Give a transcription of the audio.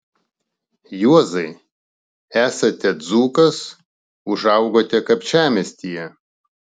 juozai esate dzūkas užaugote kapčiamiestyje